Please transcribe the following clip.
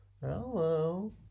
hello